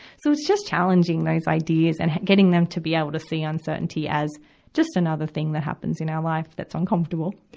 so, it's just challenging those ideas and getting them to be able to see uncertainty as just another thing that happens in our life that's uncomfortable,